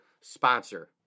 sponsor